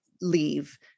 leave